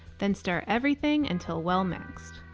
then stir everything until well mixed,